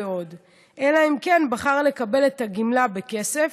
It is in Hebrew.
אלא אם כן בחר לקבל את הגמלה בכסף,